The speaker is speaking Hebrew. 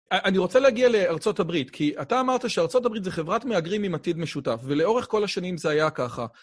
אני רוצה להגיע לארצות הברית, כי אתה אמרת שארצות הברית זו חברת מהגרים עם עתיד משותף, ולאורך כל השנים זה היה ככה.